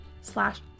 slash